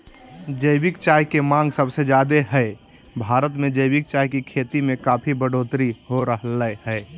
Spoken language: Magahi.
जैविक चाय के मांग सबसे ज्यादे हई, भारत मे जैविक चाय के खेती में काफी बढ़ोतरी हो रहल हई